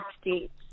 States